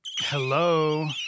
Hello